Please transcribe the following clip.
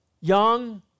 Young